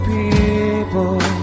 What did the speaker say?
people